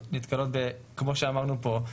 כמו שאמרנו פה,